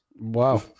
Wow